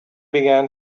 began